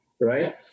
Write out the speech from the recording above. right